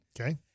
Okay